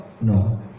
No